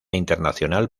internacional